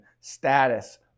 status